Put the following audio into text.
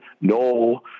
No